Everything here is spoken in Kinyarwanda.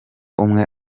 umwe